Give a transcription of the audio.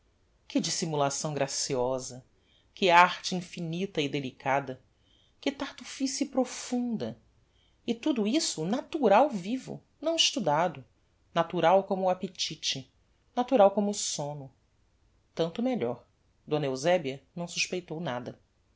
que dissimulação graciosa que arte infinita e delicada que tartufice profunda e tudo isso natural vivo não estudado natural como o appetite natural como o somno tanto melhor d eusebia não suspeitou nada